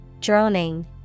Droning